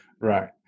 Right